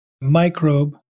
microbe